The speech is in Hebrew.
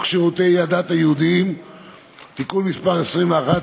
שירותי הדת היהודיים (תיקון מס׳ 21),